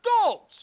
adults